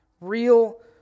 real